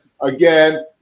again